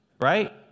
right